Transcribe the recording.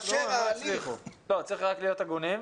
צריך להיות הגונים.